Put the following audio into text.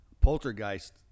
poltergeist